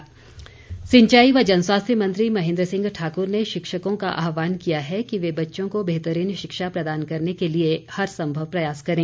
महेन्द्र सिंह सिंचाई व जनस्वास्थ्य मंत्री महेन्द्र सिंह ठाक्र ने शिक्षकों का आहवान किया है कि वे बच्चों को बेहतरीन शिक्षा प्रदान करने के लिए हरसंभव प्रयास करें